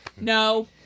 No